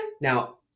Now